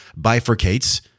bifurcates